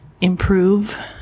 improve